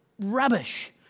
rubbish